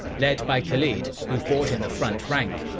led by khalid, who fought in the front rank,